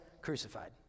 crucified